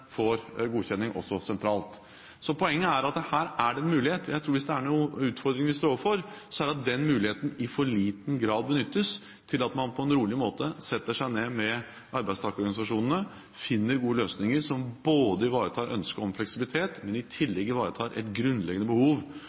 for de ordningene som krever sentral godkjenning, er det ifølge Fafo-rapporten slik at de fleste får godkjenning sentralt. Poenget her er at det er muligheter. Jeg tror at hvis det er utfordringer vi står overfor, så er det at den muligheten i for liten grad benyttes, at man på en rolig måte setter seg ned med arbeidstakerorganisasjonene, finner gode løsninger som både ivaretar ønsket om fleksibilitet og i tillegg ivaretar et